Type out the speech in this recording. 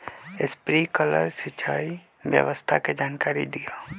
Sprinkler सिंचाई व्यवस्था के जाकारी दिऔ?